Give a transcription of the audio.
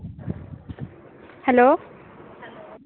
hello